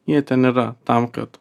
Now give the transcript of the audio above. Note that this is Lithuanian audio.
jie ten yra tam kad